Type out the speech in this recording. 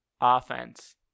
offense